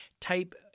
type